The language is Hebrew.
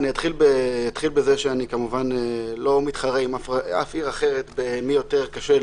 אני אתחיל בזה שאני כמובן לא מתחרה עם שום עיר אחרת למי יותר קשה.